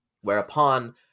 whereupon